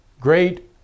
great